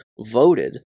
voted